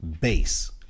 base